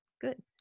Good